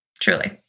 truly